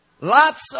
lots